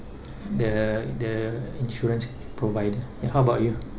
the the insurance provider ya how about you